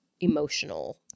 emotional